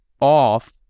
off